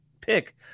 pick